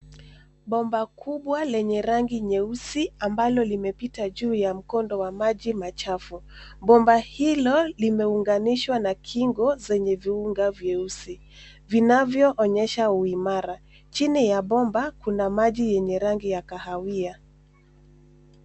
Bomba kubwa lenye rangi nyeusi ambalo limepita juu ya mkondo wa maji machafu Bomba hilo limeunganishwa na kingo zenye viuma vyeusi vinavyoonyesha uimara. Chini ya bomba kuna maji yenye rangi ya kahawia.